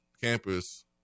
campus